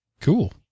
Cool